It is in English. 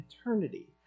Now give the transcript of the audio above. eternity